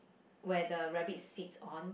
where the rabbit sits on